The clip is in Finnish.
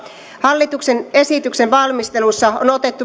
hallituksen esityksen valmistelussa on otettu myös huomioon